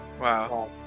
Wow